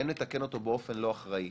האם נתקן אותו באופן לא אחראי,